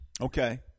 Okay